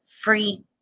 free